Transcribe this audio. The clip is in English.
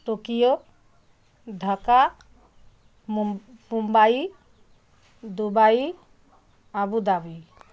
Tokyo Dhaka Mumbai Dubai Abu Dhabi